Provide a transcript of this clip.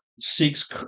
seeks